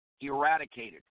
eradicated